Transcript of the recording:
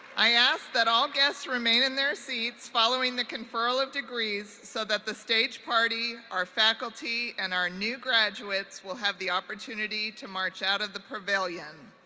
i ask that all guests remain in their seats following the conferral of degrees so that the stage party, our faculty, and our new graduates, will have the opportunity to march out of the pavillion.